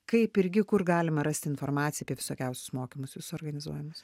kaip irgi kur galima rasti informaciją apie visokiausius mokymus jūsų organizuojamus